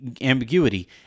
ambiguity